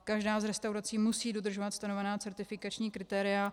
Každá z restaurací musí dodržovat stanovená certifikační kritéria.